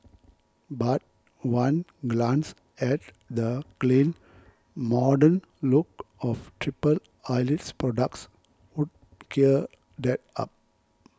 but one glance at the clean modern look of Triple Eyelid's products would clear that up